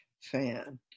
fan